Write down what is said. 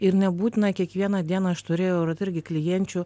ir nebūtina kiekvieną dieną aš turėjau vat irgi klijenčių